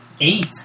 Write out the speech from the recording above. Eight